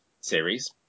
series